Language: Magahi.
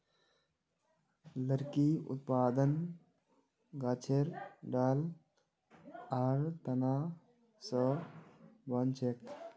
लकड़ी उत्पादन गाछेर ठाल आर तना स बनछेक